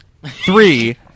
Three